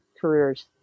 careers